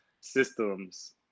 systems